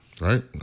right